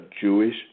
Jewish